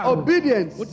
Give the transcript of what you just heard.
obedience